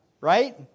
right